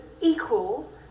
equal